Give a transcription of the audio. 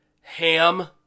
Ham